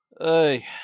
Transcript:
Hey